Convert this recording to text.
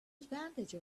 advantage